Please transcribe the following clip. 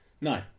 no